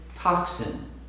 Toxin